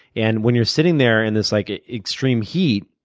and when you're sitting there in this like ah extreme heat,